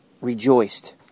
rejoiced